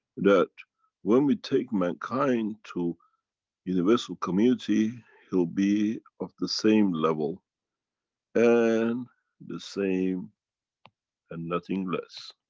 that when we take mankind to universal community he'll be of the same level and the same and nothing less.